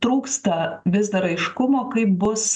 trūksta vis dar aiškumo kai bus